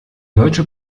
deutsche